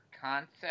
concept